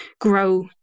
grow